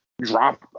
drop